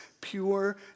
pure